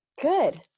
good